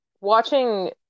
watching